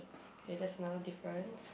okay that's another difference